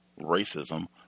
racism